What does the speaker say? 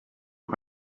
who